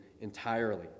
entirely